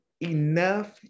enough